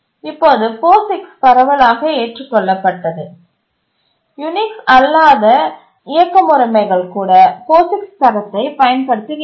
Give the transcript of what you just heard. இப்போது POSIX பரவலாக ஏற்றுக் கொள்ளப்பட்டது யூனிக்ஸ் அல்லாத இயக்க முறைமைகள் கூட POSIX தரத்தைப் பயன்படுத்துகின்றன